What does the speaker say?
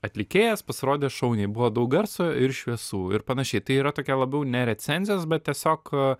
atlikėjas pasirodė šauniai buvo daug garso ir šviesų ir panašiai tai yra tokia labiau ne recenzijos bet tiesiog